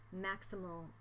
maximal